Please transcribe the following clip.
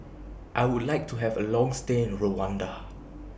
I Would like to Have A Long stay in Rwanda